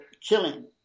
killing